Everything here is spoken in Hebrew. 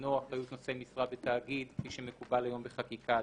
שעניינו אחריות נושא משרה בתאגיד כפי שמקובל היום בחקיקה עדכנית.